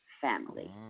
family